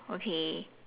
okay